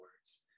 words